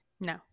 No